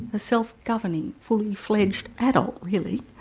a self-governing, fully-fledged adult really.